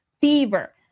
fever